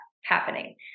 happening